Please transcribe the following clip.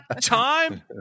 time